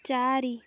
ଚାରି